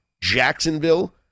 Jacksonville